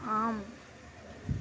ஆம்